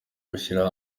gushyira